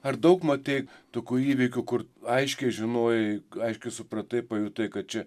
ar daug matei tokių įvykių kur aiškiai žinojai aiškiai supratai pajutai kad čia